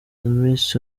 miss